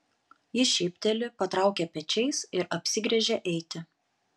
ji šypteli patraukia pečiais ir apsigręžia eiti